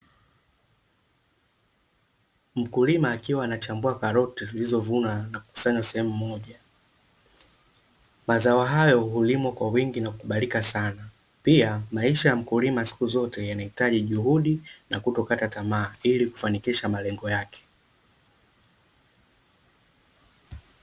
Mkulima akiwa anachambua karoti zilizovunwa na kukusanywa sehemu moja, mazao hayo hulimwa kwa wingi na kukubalika sana. Pia maisha ya mkulima siku zote yanahitaji juhudi na kutokukata tamaa ili kufanikisha malengo yake.